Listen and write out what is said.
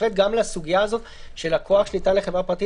בהחלט גם לסוגיה הזו של הכוח שניתן לחברה הפרטית